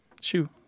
Shoe